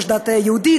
יש דת יהודית,